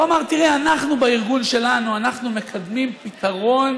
הוא אמר: תראה, בארגון שלנו אנחנו מקדמים פתרון